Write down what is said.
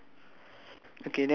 ya orange brown around there